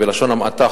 בלשון המעטה,